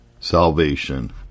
Salvation